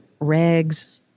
regs